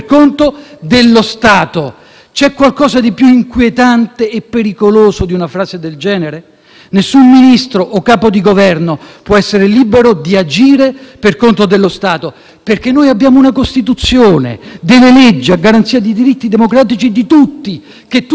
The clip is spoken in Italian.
Nessun Ministro o Capo di Governo può essere libero di agire per conto dello Stato, perché abbiamo una Costituzione e delle leggi, a garanzia dei diritti democratici di tutti, che tutti devono rispettare. I rappresentanti del Governo per primi hanno l'obbligo di farlo